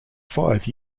five